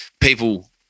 people –